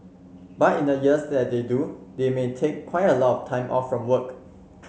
but in the years that they do they may take quite a lot of time off from work